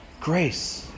Grace